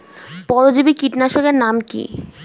পরজীবী কীটনাশকের নাম কি?